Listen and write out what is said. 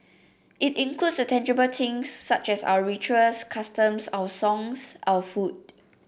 it includes the intangible things such as our rituals customs our songs our food